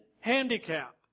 handicap